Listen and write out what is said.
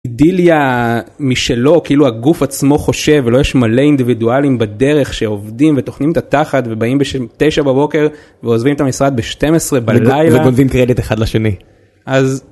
אידיליה משלו, כאילו הגוף עצמו חושב ולא יש מלא אינדיבידואלים בדרך שעובדים וטוחנים את התחת ובאים בשם 9 בבוקר ועוזבים את המשרד ב 12 בלילה וגונבים קרדיט אחד לשני.